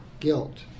guilt